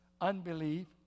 unbelief